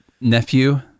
nephew